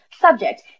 subject